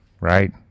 right